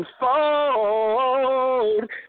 unfold